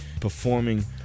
performing